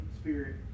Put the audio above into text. Spirit